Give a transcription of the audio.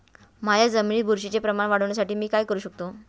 माझ्या जमिनीत बुरशीचे प्रमाण वाढवण्यासाठी मी काय करू शकतो?